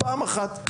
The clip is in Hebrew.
פעם אחת,